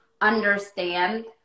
understand